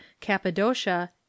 cappadocia